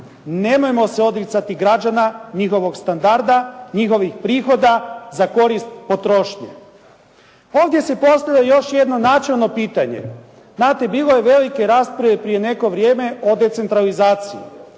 Nemojmo se odricati građana, njihovog standarda, njihovih prihoda za korist potrošnje. Ovdje se postavlja još jedno načelno pitanje. Znate bilo je velike rasprave prije neko vrijeme o decentralizaciji.